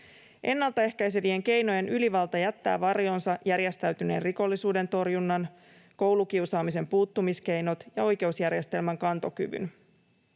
Ennalta ehkäisevien keinojen ylivalta jättää varjoonsa järjestäytyneen rikollisuuden torjunnan, koulukiusaamiseen puuttumisen keinot ja oikeusjärjestelmän kantokyvyn.